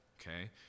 okay